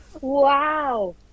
Wow